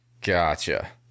Gotcha